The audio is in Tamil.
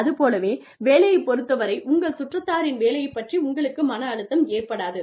அது போலவே வேலையைப் பொறுத்தவரை உங்கள் சுற்றத்தாரின் வேலையைப் பற்றி உங்களுக்கு மன அழுத்தம் ஏற்படாது